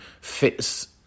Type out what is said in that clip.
fits